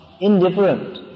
indifferent